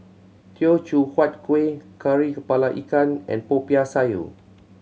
Teochew Huat Kuih Kari Kepala Ikan and Popiah Sayur